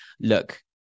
look